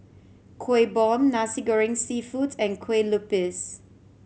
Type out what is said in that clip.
Kuih Bom Nasi Goreng Seafood and kue lupis